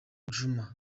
juma